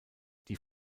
die